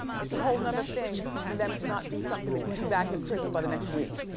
it's a whole nother thing for them to not do somethin to be back in prison by the next week.